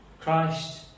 christ